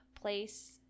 place